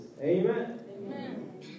Amen